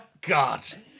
God